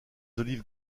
olives